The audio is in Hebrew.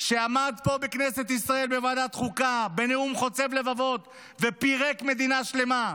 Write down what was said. שעמד פה בכנסת ישראל בוועדת החוקה בנאום חוצב להבות ופירק מדינה שלמה.